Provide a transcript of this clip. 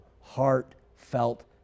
heartfelt